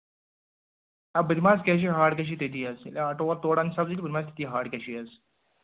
آ بہٕ دِمہٕ حظ کیشٕے ہارڑ کیشٕے تٔتی حظ ییٚلہِ آٹوٗ تورٕ اَنہِ سبزی تہٕ بہٕ دِمس تتی ہارڑ کیشٕے حظ